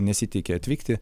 nesiteikė atvykti